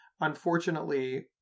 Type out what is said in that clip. unfortunately